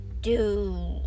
Do